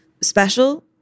special